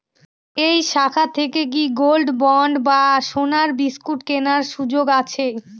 এই শাখা থেকে কি গোল্ডবন্ড বা সোনার বিসকুট কেনার সুযোগ আছে?